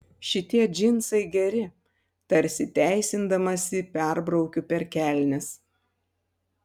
šitie džinsai geri tarsi teisindamasi perbraukiu per kelnes